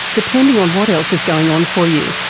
depending on what else is going on for you?